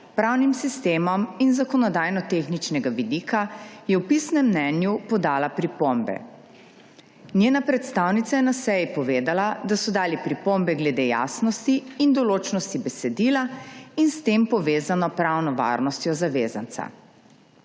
pravnim sistemom in z zakonodajnotehničnega vidika, je v pisnem mnenju podala pripombe. Njena predstavnica je na seji povedala, da so dali pripombe glede jasnosti in določnosti besedila in s tem povezano pravno varnostjo zavezanca.